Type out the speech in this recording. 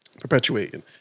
perpetuating